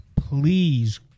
please